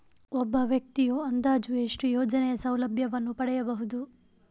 ಒಬ್ಬ ವ್ಯಕ್ತಿಯು ಅಂದಾಜು ಎಷ್ಟು ಯೋಜನೆಯ ಸೌಲಭ್ಯವನ್ನು ಪಡೆಯಬಹುದು?